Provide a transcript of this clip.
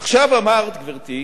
עכשיו, אמרת, גברתי,